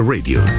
Radio